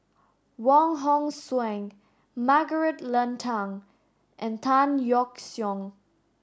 Wong Hong Suen Margaret Leng Tan and Tan Yeok Seong